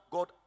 God